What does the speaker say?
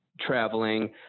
traveling